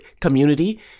community